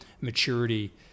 maturity